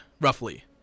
roughly